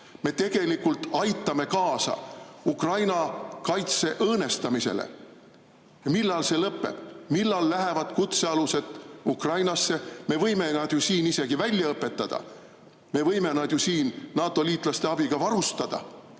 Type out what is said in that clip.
Me tegelikult aitame kaasa Ukraina kaitse õõnestamisele. Millal see lõpeb, millal lähevad kutsealused Ukrainasse? Me võime nad ju siin isegi välja õpetada, me võime neid ju siin NATO liitlaste abiga varustada.